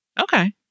okay